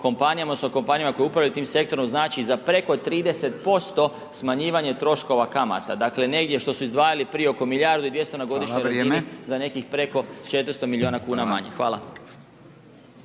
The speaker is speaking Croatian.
kompanijama, s kompanijama koje upravljaju tim sektorom znači za preko 30% smanjivanje troškova kamata, dakle, negdje što su izdvajali prije oko milijardu i 200 na godišnjoj razini …/Upadica: Hvala, vrijeme/…za nekih preko 400 milijuna kuna manje, hvala.